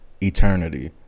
eternity